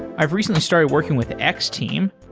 i've recently started working with x-team.